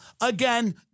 Again